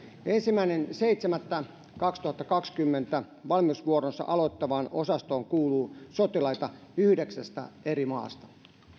ensimmäinen seitsemättä kaksituhattakaksikymmentä valmiusvuoronsa aloittavaan osastoon kuuluu sotilaita yhdeksästä eri maasta